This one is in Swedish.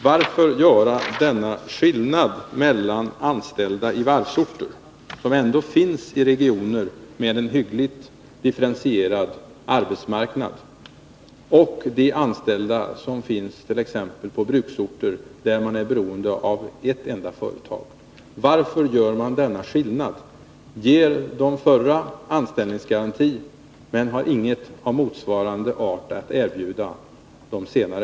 Varför göra denna skillnad mellan anställda i varvsorter, som ändå ligger i regioner med en hyggligt differentierad arbetsmarknad, och anställda t.ex. på bruksorter, där man är beroende av ett enda företag? Varför gör man denna Skillnad, dvs. ger de förra anställningsgaranti men har inget av motsvarande art att erbjuda de senare?